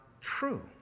true